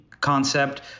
concept